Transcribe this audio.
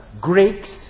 Greeks